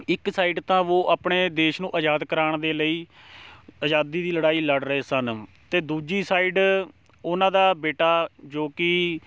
ਇੱਕ ਸਾਈਡ ਤਾਂ ਉਹ ਆਪਣੇ ਦੇਸ਼ ਨੂੰ ਆਜ਼ਾਦ ਕਰਾਉਣ ਦੇ ਲਈ ਆਜ਼ਾਦੀ ਦੀ ਲੜਾਈ ਲੜ ਰਹੇ ਸਨ ਅਤੇ ਦੂਜੀ ਸਾਈਡ ਉਹਨਾਂ ਦਾ ਬੇਟਾ ਜੋ ਕਿ